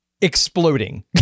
exploding